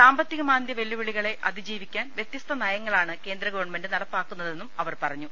സാമ്പത്തികമാന്ദ്യ വെല്ലുവിളികളെ അതിജീവിക്കാൻ വൃതൃസ്ത നയങ്ങളാണ് കേന്ദ്ര ഗവൺമെന്റ് നടപ്പാക്കു ന്നതെന്നും അവർ പറഞ്ഞു